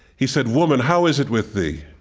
he said, woman, how is it with thee?